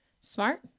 smart